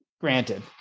granted